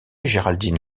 géraldine